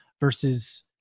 versus